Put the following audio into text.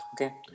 Okay